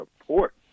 support